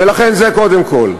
ולכן זה, קודם כול.